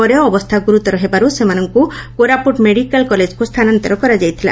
ପରେ ଅବସ୍ଥା ଗୁରୁତର ହେବାରୁ ଏମାନଙ୍ଙୁ କୋରାପୁଟ ମେଡ଼ିକାଲ କଲେଜକୁ ସ୍ଥାନାନ୍ତର କରାଯାଇଛି